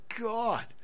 God